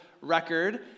record